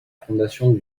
fondation